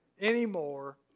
anymore